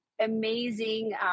amazing